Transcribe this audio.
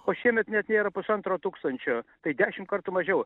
o šiemet net jie yra pusantro tūkstančio tai dešim kartų mažiau